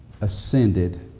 ascended